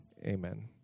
amen